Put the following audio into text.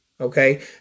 Okay